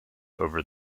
over